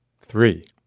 three